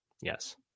Yes